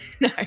No